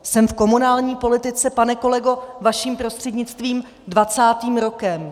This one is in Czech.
Jsem v komunální politice, pane kolego vaším prostřednictvím, dvacátým rokem.